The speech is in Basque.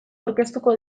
aurkeztuko